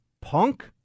punk